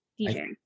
DJ